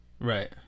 Right